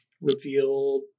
reveal